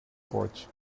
porch